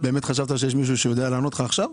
באמת חשבת שיש מישהו שיודע לענות לך עכשיו?